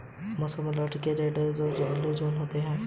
मौसम अलर्ट के red orange और येलो अलर्ट होते हैं